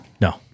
No